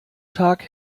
tag